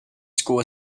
school